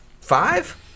Five